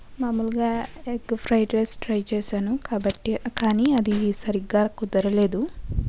మామూలుగా ఎక్కువ fried rice try చేశాను కాబట్టి కానీ అది సరిగ్గా కుదరలేదు